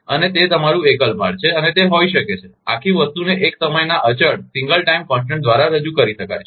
અને તે તમારું એકલ ભાર છે અને તે હોઈ શકે છે આખી વસ્તુને એક સમયના અચળ દ્વારા રજૂ કરી શકાય છે